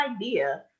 idea